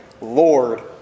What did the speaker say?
Lord